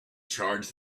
charge